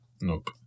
Nope